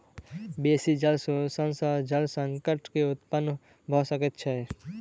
बेसी जल शोषण सॅ जल संकट के उत्पत्ति भ सकै छै